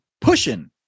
Pushing